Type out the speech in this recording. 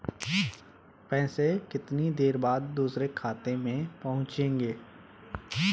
पैसे कितनी देर बाद दूसरे खाते में पहुंचेंगे?